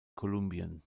kolumbien